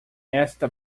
esta